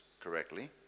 correctly